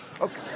Okay